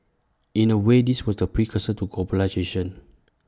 in A way this was the precursor to globalisation